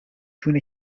جون